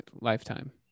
lifetime